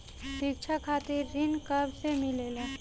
शिक्षा खातिर ऋण कब से मिलेला?